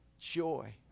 joy